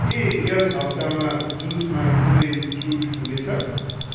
के यस हप्तामा जुसमा कुनै छुट हुने छ